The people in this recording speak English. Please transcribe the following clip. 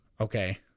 Okay